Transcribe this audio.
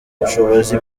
bushobozi